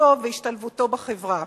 בהתפתחותו והשתלבותו בחברה.